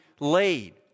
Laid